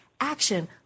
action